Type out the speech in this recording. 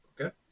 okay